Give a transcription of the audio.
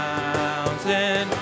mountain